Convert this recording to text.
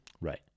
Right